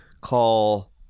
call